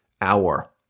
hour